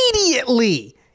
immediately